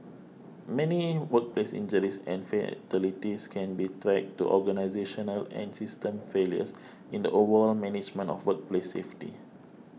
many workplace injuries and fatalities can be traced to organisational and system failures in the overall management of workplace safety